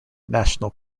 national